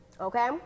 Okay